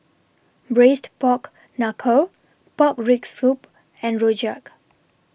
Braised Pork Knuckle Pork Rib Soup and Rojak